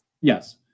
yes